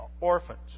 orphans